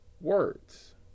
Words